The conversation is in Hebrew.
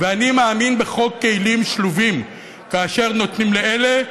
ואני מאמין בחוק כלים שלובים: כאשר נותנים לאלה,